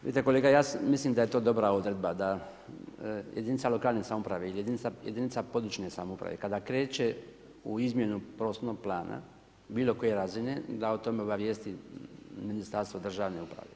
Vidite kolega, ja mislim da je to dobra odredba, da jedinica lokalne samouprave, jedinica područne samouprave, kada kreće u izmjenu prostornog plana bilo koje razine, da o tome obavijesti Ministarstvo državne uprave.